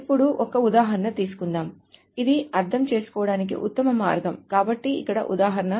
ఇప్పుడు ఒక ఉదాహరణ తీసుకుందాం ఇది అర్థం చేసుకోవడానికి ఉత్తమ మార్గం కాబట్టి ఇక్కడ ఉదాహరణ